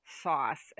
sauce